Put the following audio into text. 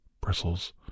bristles